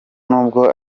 n’ubwo